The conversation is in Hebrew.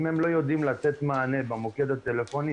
אם הם לא יודעים לתת מענה במוקד הטלפוני,